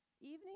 Evening